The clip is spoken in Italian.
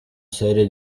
serie